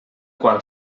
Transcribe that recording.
qual